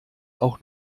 auch